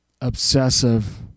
obsessive